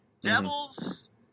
Devils